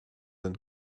and